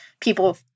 people